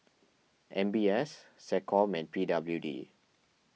M B S SecCom and P W D